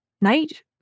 night